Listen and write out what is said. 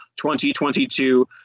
2022